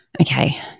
Okay